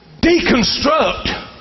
deconstruct